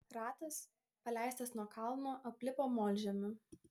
ratas paleistas nuo kalno aplipo molžemiu